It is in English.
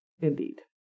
indeed